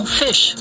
fish